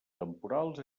temporals